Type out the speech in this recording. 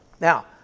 Now